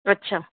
અચ્છા